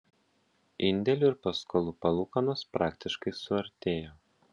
indėlių ir paskolų palūkanos praktiškai suartėjo